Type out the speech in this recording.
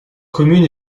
commune